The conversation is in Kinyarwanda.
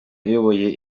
uyoboye